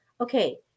okay